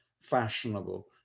fashionable